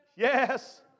Yes